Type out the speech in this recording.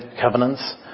covenants